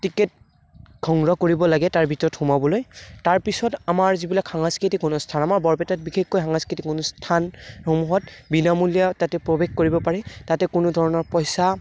ticket সংগ্ৰহ কৰিব লাগে তাৰ ভিতৰত সোমাবলৈ তাৰপিছত আমাৰ যিবিলাক সাংস্কৃতিক অনুষ্ঠান আমাৰ বৰপেটাত বিশেষকৈ সাংস্কৃতিক অনুষ্ঠানসমূহত বিনামূলীয়া তাতে প্ৰৱেশ কৰিব পাৰি তাতে কোনো ধৰণৰ পইচা